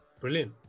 Brilliant